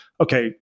okay